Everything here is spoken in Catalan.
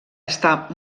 està